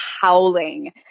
howling